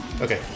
okay